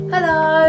Hello